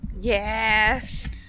Yes